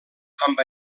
amb